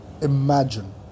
imagine